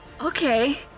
Okay